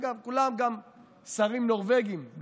אגב, כולם שרים נורבגים.